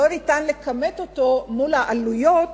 אין אפשרות לכמת אותו מול העלויות